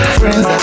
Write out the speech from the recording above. friends